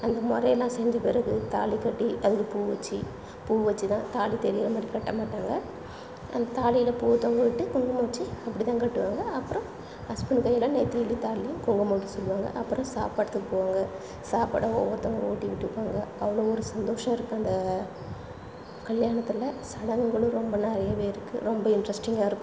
அந்த முறையெல்லாம் செஞ்ச பிறகு தாலிக் கட்டி அதுக்கு பூ வச்சு பூ வச்சு தான் தாலி தெரியிற மாதிரி கட்டமாட்டாங்க அந்த தாலியில பூவை தொங்கவிட்டு குங்குமம் வச்சு அப்படித்தான் கட்டுவாங்க அப்புறோம் ஹஸ்பண்ட் கையில் நெற்றிலையும் தாலிலையும் குங்குமம் வைக்க சொல்லுவாங்க அப்புறம் சாப்பிட்றத்துக்கு போவாங்க சாப்பிட ஒவ்வொருத்தங்களும் ஊட்டி விட்டுப்பாங்க அதில் ஒரு சந்தோஷம் இருக்கு அந்த கல்யாணத்தில் சடங்களும் ரொம்ப நிறையவே இருக்கு ரொம்ப இன்ட்ரெஸ்டிங்காக இருக்கும்